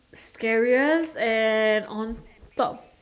scariest and on top